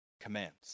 commands